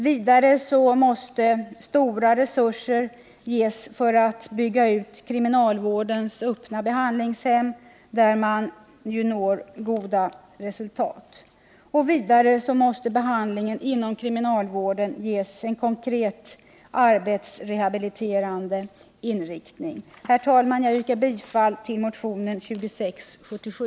Vidare måste stora resurser tillföras för att bygga ut kriminalvårdens öppna behandlingshem, där man når goda resultat. Vidare måste behandlingen inom kriminalvården ges en konkret arbetsrehabiliterande inriktning. Herr talman! Jag yrkar bifall till motionen 2677.